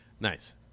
Nice